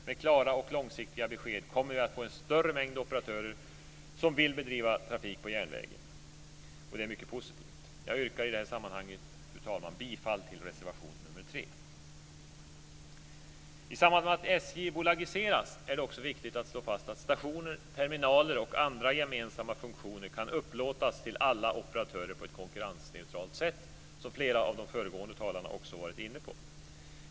Med klara och långsiktiga besked kommer vi att få en större mängd operatörer som vill bedriva trafik på järnvägen. Och det är mycket positivt. Fru talman! Jag yrkar i detta sammanhang bifall till reservation 3. I samband med att SJ bolagiseras är det också viktigt att slå fast att stationer, terminaler och andra gemensamma funktioner kan upplåtas till alla operatörer på ett konkurrensneutralt sätt, vilket flera av de föregående talarna också varit inne på.